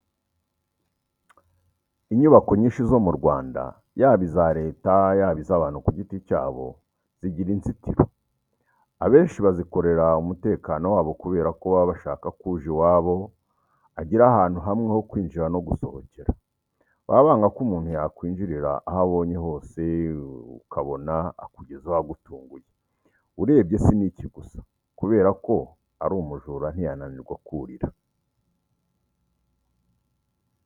Inyubako nyinshi zo mu Rwanda, yaba iza Leta, yaba iz'abantu ku giti cyabo, zigira inzitiro. Abenshi bazikorera umutekano wabo kubera ko baba bashaka ko uje iwabo agira ahantu hamwe ho kwinjirira no gusohokera. Baba banga ko umuntu yakwinjirira aho abonye hose ukabona akugezeho agutunguye. Urebye si n'iki gusa, kubera ko ari umujura ntiyananirwa kurira.